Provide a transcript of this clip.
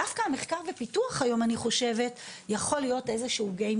אני חושבת שדווקא המחקר והפיתוח יכול להיות אילו שישנו את המשחק,